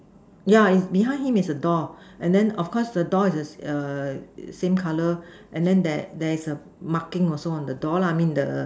yeah is behind him is a door and then of course the door is the err same color and then there there is a marking also on the door lah mean the